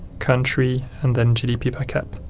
country and then gdppercap,